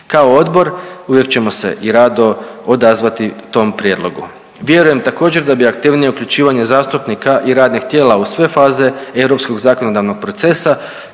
Kao odbor uvijek ćemo se i rado odazvati tom prijedlogu. Vjerujem također da bi aktivnije uključivanje zastupnika i radnih tijela u sve faze europskog zakonodavnog procesa